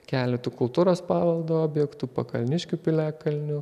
keletu kultūros paveldo objektų pakalniškių piliakalniu